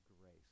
grace